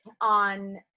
on